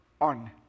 on